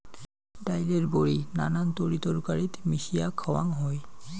ডাইলের বড়ি নানান তরিতরকারিত মিশিয়া খাওয়াং হই